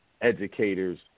educators